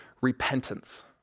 repentance